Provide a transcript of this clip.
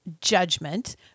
judgment